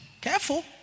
careful